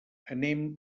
anem